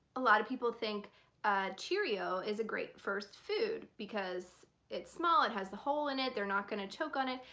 a lot of people think a cheerio is a great first food because it's small, it has the hole in it, they're not gonna choke on it.